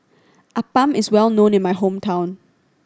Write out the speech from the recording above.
appam is well known in my hometown